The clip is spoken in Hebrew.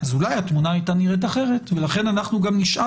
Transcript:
אז אולי התמונה הייתה נראית אחרת ולכן אנחנו גם נשאל